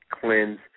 cleanse